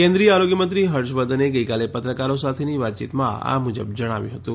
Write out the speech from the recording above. કેન્દ્રિય આરોગ્યમંત્રી હર્ષવર્ધને ગઇકાલે પત્રકારો સાથેની વાતચીતમાં આ મુજબ જણાવ્યું હતું